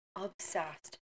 obsessed